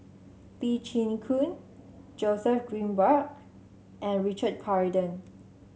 Lee Chin Koon Joseph Grimberg and Richard Corridon